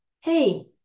hey